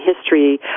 history